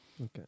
Okay